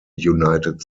united